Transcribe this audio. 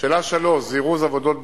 שאלה 3, זירוז עבודות בכבישים,